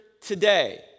today